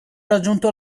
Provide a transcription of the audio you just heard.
raggiunto